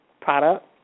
Product